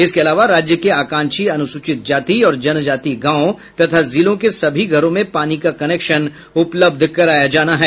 इसके अलावा राज्य के आकांक्षी अनुसूचित जाति और जन जाति गांव तथा जिलों के सभी घरों में पानी का कनेक्शन उपलब्ध कराना है